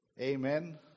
Amen